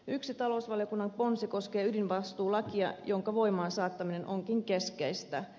yksi talousvaliokunnan ponsi koskee ydinvastuulakia jonka voimaansaattaminen onkin keskeistä